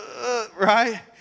Right